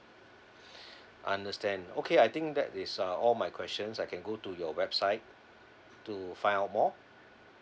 understand okay I think that is uh all my questions I can go to your website to find out more